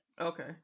Okay